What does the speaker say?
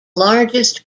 largest